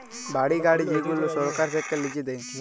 বাড়ি, গাড়ি যেগুলা সরকার থাক্যে লিজে দেয়